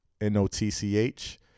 N-O-T-C-H